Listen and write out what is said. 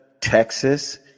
Texas